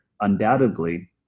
undoubtedly